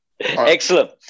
excellent